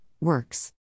Works